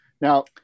Now